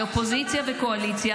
מהאופוזיציה והקואליציה,